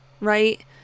right